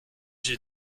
j’ai